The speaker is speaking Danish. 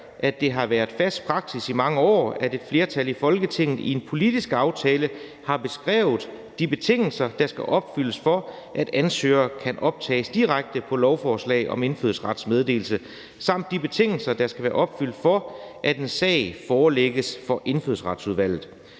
at det har været fast praksis i mange år, at et flertal i Folketinget i en politisk aftale har beskrevet de betingelser, der skal opfyldes, for at ansøgere kan optages direkte på lovforslag om indfødsrets meddelelse, samt de betingelser, der skal være opfyldt, for at en sag forelægges for Indfødsretsudvalget.